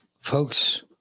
Folks